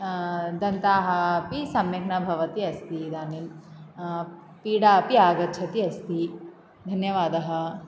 दन्ताः अपि सम्यक् न भवती अस्ति इदानीं पीडा अपि आगच्छति अस्ति धन्यवादः